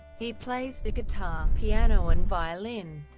he plays the guitar, piano and violin.